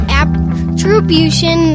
attribution